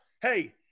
Hey